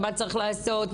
מה צריך לעשות,